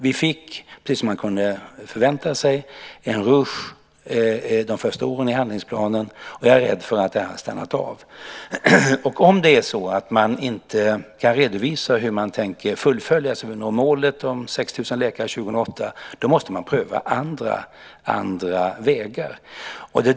Precis som man kunde förvänta sig fick vi en rusch de första åren i handlingsplanen. Jag är rädd för att den har stannat av. Om det är så att man inte kan redovisa hur man tänker fullfölja så att vi når målet om 6 000 läkare 2008 måste man pröva andra vägar.